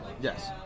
Yes